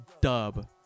dub